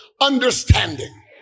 understanding